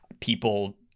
People